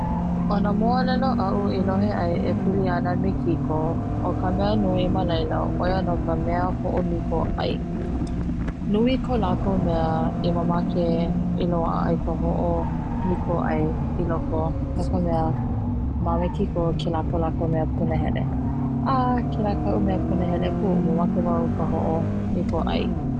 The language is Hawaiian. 'O na mo'olelo a'u i lohe ai e pili ana mekiko o ka mea nui ma laila 'oia no ka mea ho'omiko 'ai nui ko lakou mea i mamake i loa'a ai ho'omiko 'ai i loko no ka mea ma mekiko ko lakou mea punahele a kela ko'u mea punahele pu mamake wau ka ho'omiko 'ai.